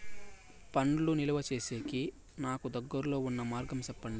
పండ్లు నిలువ సేసేకి నాకు దగ్గర్లో ఉన్న మార్గం చెప్పండి?